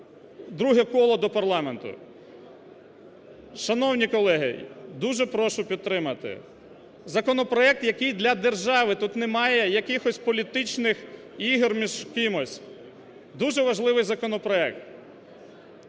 друге коло до парламенту. Шановні колеги, дуже прошу підтримати. Законопроект, який для держави, тут немає якихось політичних ігор між кимось. Дуже важливий законопроект.